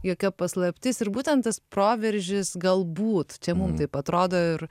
jokia paslaptis ir būtent tas proveržis galbūt čia mum taip atrodo ir